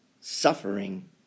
suffering